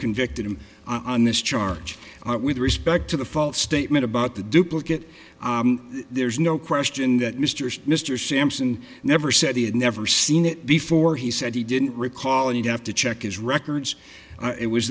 convicted him on this charge with respect to the false statement about the duplicate there's no question that mr mr sampson never said he had never seen it before he said he didn't recall and you have to check is records it was